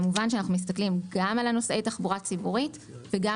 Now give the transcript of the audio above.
כמובן שאנחנו מסתכלים גם על נוסעי התחבורה הציבורית וגם